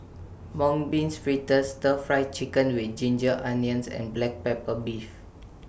Mung Beans Fritters Stir Fried Chicken with Ginger Onions and Black Pepper Beef